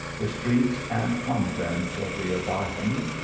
the streets and convents of the aibaycin,